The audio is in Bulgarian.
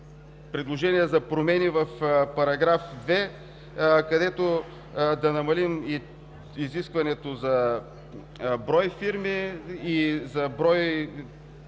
предложения за промени в § 2, където да намалим изискването за брой фирми и за брой